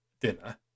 dinner